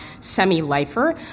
semi-lifer